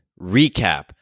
recap